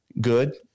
good